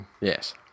Yes